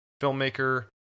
filmmaker